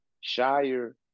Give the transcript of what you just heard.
Shire